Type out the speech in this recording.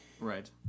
Right